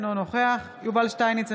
אינו נוכח יובל שטייניץ,